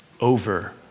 over